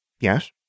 Yes